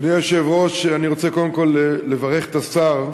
אדוני היושב-ראש, אני רוצה קודם כול לברך את השר.